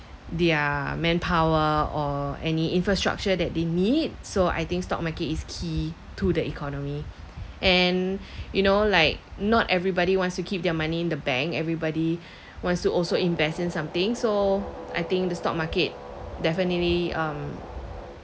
their manpower or any infrastructure that they need so I think stock market is key to the economy and you know like not everybody wants to keep their money in the bank everybody wants to also invest in something so I think the stock market definitely um